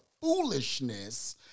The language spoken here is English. foolishness